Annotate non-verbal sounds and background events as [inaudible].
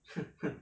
[laughs]